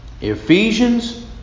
Ephesians